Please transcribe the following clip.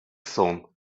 сон